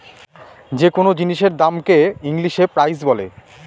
যে কোনো জিনিসের দামকে হ ইংলিশে প্রাইস বলে